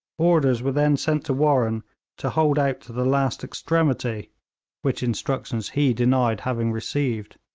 orders were then sent to warren to hold out to the last extremity which instructions he denied having received.